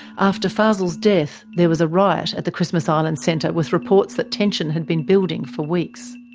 after fazel's death, there was a riot at the christmas island centre, with reports that tension had been building for weeks.